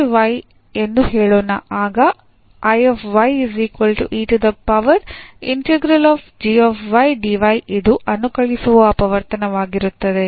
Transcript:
g y ಎಂದು ಹೇಳೋಣ ಆಗ ಇದು ಅನುಕಲಿಸುವ ಅಪವರ್ತನವಾಗಿರುತ್ತದೆ